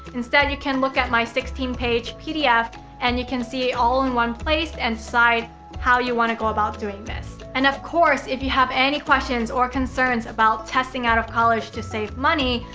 instead, you can look at my sixteen page pdf and you can see all in one place and how you want to go about doing this. and, of course, if you have any questions or concerns about testing out of college to save money,